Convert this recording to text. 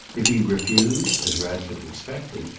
if he refused, as ratcliffe expected,